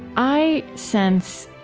i sense,